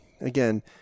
again